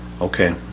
Okay